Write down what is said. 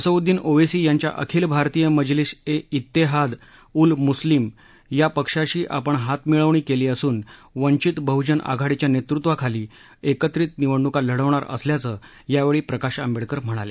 असउद्दीन ओवेसी यांच्या अखिल भारतीय मजलीस ए जिहाद उल मुस्लिम या पक्षाशी आपण हातमिळवणी केली असून वंचित बहुजन आघाडीच्या नेतृत्वाखाली एकत्रित निवडणूका लढवणार असल्याचं यावेळी प्रकाश आंबेडकर म्हणाले